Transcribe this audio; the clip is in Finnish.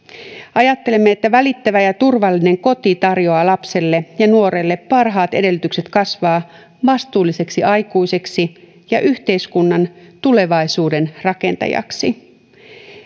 ajattelemme että välittävä ja turvallinen koti tarjoaa lapselle ja nuorelle parhaat edellytykset kasvaa vastuulliseksi aikuiseksi ja yhteiskunnan tulevaisuuden rakentajaksi